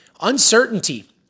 uncertainty